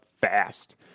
fast